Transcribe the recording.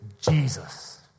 Jesus